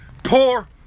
poor